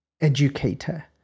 educator